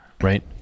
right